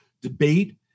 debate